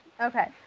okay